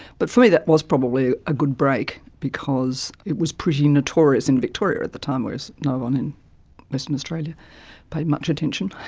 but for me that was probably a good break because it was pretty notorious in victoria at the time, whereas no one in western australia paid much attention.